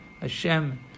Hashem